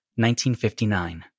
1959